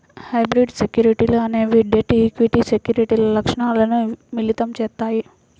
hybrid సెక్యూరిటీలు అనేవి debt, equity సెక్యూరిటీల లక్షణాలను మిళితం చేత్తాయి